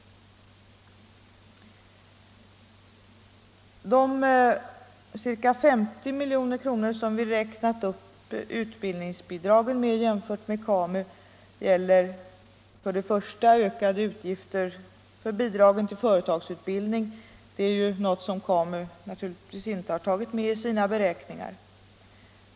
De ca 50 milj.kr. som vi räknat upp utbildningsbidragen med jämfört med KAMU gäller för det första ökade utgifter för bidragen till företagsutbildning — detta är ju någonting som KAMU naturligtvis inte har tagit med i sina beräkningar.